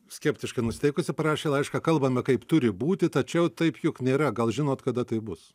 skeptiškai nusiteikusi parašė laišką kalbame kaip turi būti tačiau taip juk nėra gal žinot kada tai bus